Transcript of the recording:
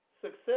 success